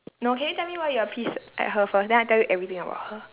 no can you tell me why you are pissed at her first then I tell you everything about her